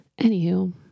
anywho